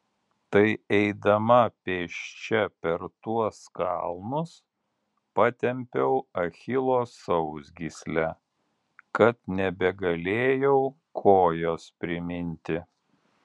tai eidama pėsčia per tuos kalnus patempiau achilo sausgyslę kad nebegalėjau kojos priminti